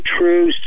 true